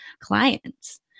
clients